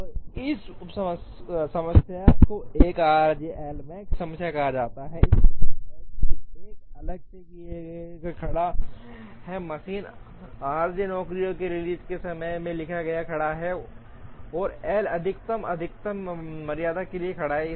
और इस उप समस्या को 1 rj Lmax समस्या कहा जाता है इसका मतलब है कि 1 एकल के लिए खड़ा है मशीन आरजे नौकरियों के रिलीज के समय के लिए खड़ा है और एल अधिकतम अधिकतम मर्यादा के लिए खड़ा है